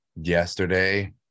yesterday